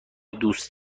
دوست